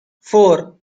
four